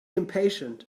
impatient